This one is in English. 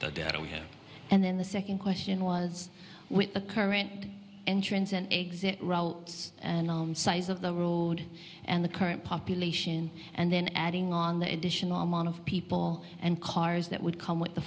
have and then the second question was with the current entrance and exit routes and size of the road and the current population and then adding on the additional amount of people and cars that would come with the